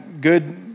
good